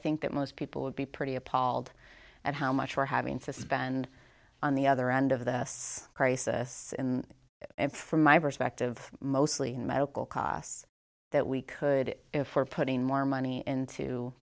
think that most people would be pretty appalled at how much for having to spend on the other end of this crisis and from my perspective mostly in medical costs that we could if we're putting more money into